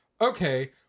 okay